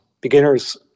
beginners